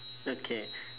okay